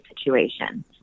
situation